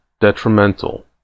detrimental